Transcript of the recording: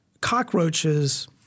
Cockroaches